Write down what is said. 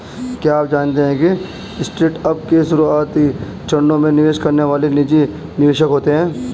क्या आप जानते है स्टार्टअप के शुरुआती चरणों में निवेश करने वाले निजी निवेशक होते है?